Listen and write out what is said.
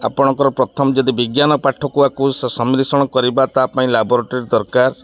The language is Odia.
ଆପଣଙ୍କର ପ୍ରଥମ ଯଦି ବିଜ୍ଞାନ ପାଠ କୁଆକୁ ସମ୍ରିଶ୍ରଣ କରିବା ତା ପାଇଁ ଲାବରୋଟରୀ ଦରକାର